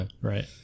right